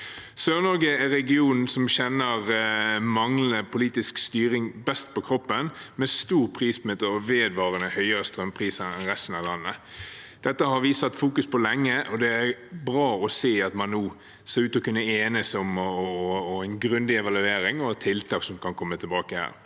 Sør-Norge er regionen som kjenner den manglende politiske styringen best på kroppen, med stor prissmitte og vedvarende høyere strømpriser enn resten av landet. Dette har vi fokusert på lenge, og det er bra å se at man nå ser ut til å kunne enes om en grundig evaluering, med tiltak som kan komme tilbake hit.